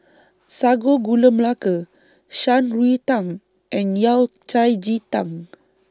Sago Gula Melaka Shan Rui Tang and Yao Cai Ji Tang